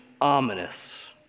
ominous